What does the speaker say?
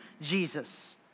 Jesus